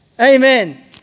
Amen